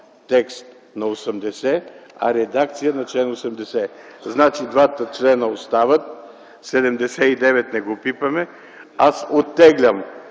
текст на чл. 80, а редакция на чл. 80. Значи двата члена остават, чл. 79 не го пипаме, аз оттеглям